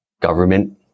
government